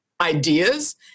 ideas